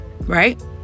right